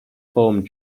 formed